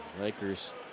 Lakers